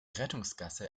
rettungsgasse